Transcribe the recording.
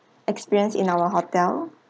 experience in our hotel